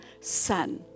Son